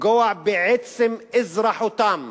לפגוע בעצם אזרחותם,